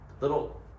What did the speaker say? Little